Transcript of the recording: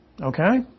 okay